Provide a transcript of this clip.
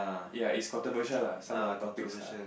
ya it's controversial lah some of the topics lah